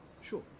Sure